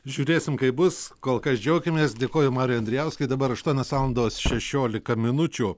žiūrėsim kaip bus kol kas džiaukimės dėkoju mariui andrijauskui dabar aštuonios valandos šešiolika minučių